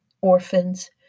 orphans